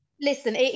Listen